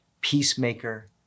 peacemaker